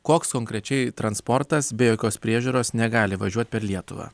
koks konkrečiai transportas be jokios priežiūros negali važiuot per lietuvą